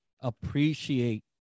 appreciate